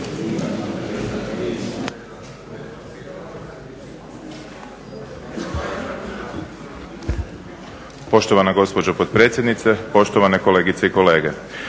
Poštovana gospođo potpredsjednice, poštovane kolegice i kolege.